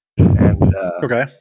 Okay